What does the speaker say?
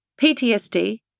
PTSD